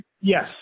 Yes